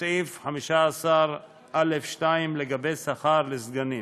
וסעיף 15א לגבי שכר לסגנים.